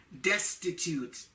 destitute